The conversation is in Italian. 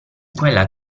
quella